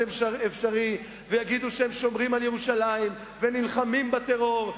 אפשרי ויגידו שהם שומרים על ירושלים ונלחמים בטרור,